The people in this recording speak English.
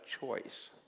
choice